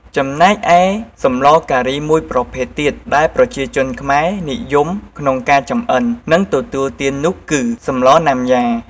ចំណែកឯសម្លការីមួយប្រភេទទៀតដែលប្រជាជនខ្មែរនិយមក្នុងការចម្អិន និងទទួលទាននោះគឺ សម្លណាំយ៉ា។